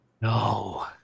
No